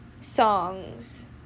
songs